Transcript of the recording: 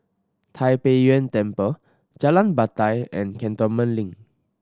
Tai Pei Yuen Temple Jalan Batai and Cantonment Link